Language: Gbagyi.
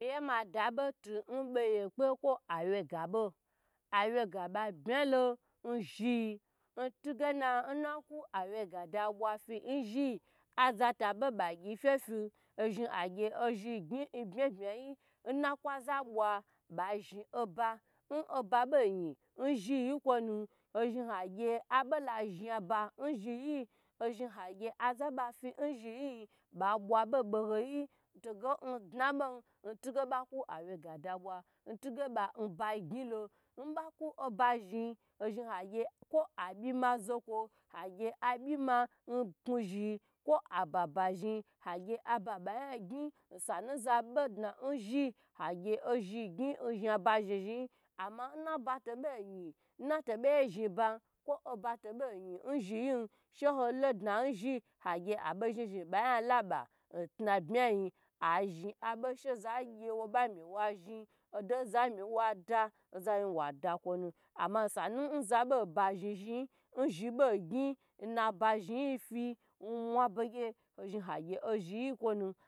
Miyi ma da bo n be yi kpe kwo na wye ga bo awye ga ba bmalo zhn ntigena na kwo awegada bwafi nzhi aza ba ba ba gyi fefin azhi agye ozhi gyn nbma bma yi nnakwa za bwa ba zhi pba nba ba yin nzhi yi kwo nu azhi agye aba la zhaba ho zhi hagye aza ba fi n zhiyi yi ba bwa boho boho yi togu mdna bon ntige baku awe gada bwa ntiye ba bayi gyn lo nba oba zhni ahi age kwo abyima zhoko agyi abyi kuzhi kuvo aba ba zhi kwo aba ba zhi agye aba ba yan gyun n zhaba zhi zhi yi ama n naba to bo yi nnato bo zhi ban kwo oba to bo yin nzhiyin bhe holo don nzhi yi agye abo zhi zhi baya laba n kna bmayi azhi abo she zhagyin wo ba miwa zhi odoza ba mi wada wa da kwonn ama osanu zabo ba zhi zhi yi nzhi bo nnaba za yifi nmwa bugye azhi agyi ozhiyi kwonu.